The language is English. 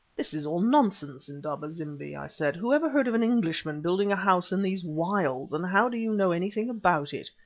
this is all nonsense, indaba-zimbi, i said. whoever heard of an englishman building a house in these wilds, and how do you know anything about it?